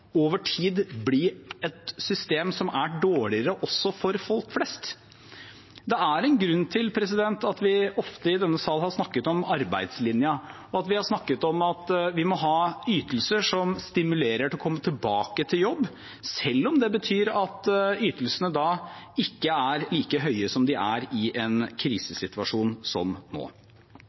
over tid bli et system som er dårligere også for folk flest. Det er en grunn til at vi ofte i denne sal har snakket om arbeidslinjen, og at vi har snakket om at vi må ha ytelser som stimulerer til å komme tilbake til jobb, selv om det betyr at ytelsene da ikke er like høye som de er i en krisesituasjon som nå.